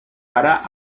gara